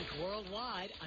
worldwide